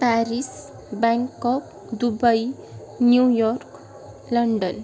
Paris Bangkok Dubai New York London